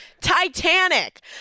Titanic